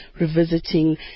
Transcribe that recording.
revisiting